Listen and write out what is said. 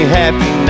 happy